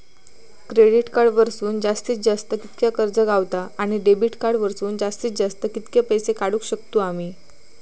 Credit card वरसून जास्तीत जास्त कितक्या कर्ज गावता, आणि डेबिट कार्ड वरसून जास्तीत जास्त कितके पैसे काढुक शकतू आम्ही?